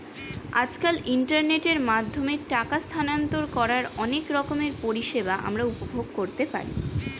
আজকাল ইন্টারনেটের মাধ্যমে টাকা স্থানান্তর করার অনেক রকমের পরিষেবা আমরা উপভোগ করতে পারি